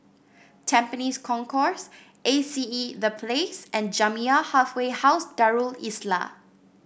Tampines Concourse A C E The Place and Jamiyah Halfway House Darul Islah